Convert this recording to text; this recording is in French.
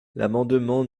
l’amendement